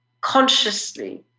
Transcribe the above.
consciously